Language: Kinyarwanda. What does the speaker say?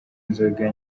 inzoga